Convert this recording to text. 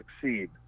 succeed